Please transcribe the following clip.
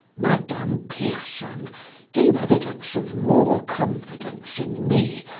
madame pierson gave evidence of more confidence in me,